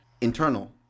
internal